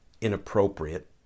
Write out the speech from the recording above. inappropriate